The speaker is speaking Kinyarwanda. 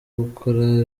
gukora